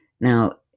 Now